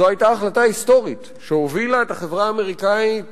זו היתה החלטה היסטורית שהובילה את החברה האמריקנית